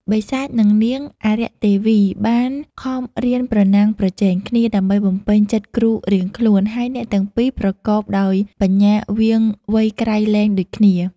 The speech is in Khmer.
បិសាចនឹងនាងអារក្ខទេវីបានខំរៀនប្រណាំង ប្រជែងគ្នា ដើម្បីបំពេញចិត្តគ្រូរៀងខ្លួន ហើយអ្នកទាំងពីរប្រកបដោយបញ្ញាវៀងវៃក្រៃលែងដូចគ្នា ។